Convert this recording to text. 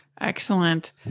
Excellent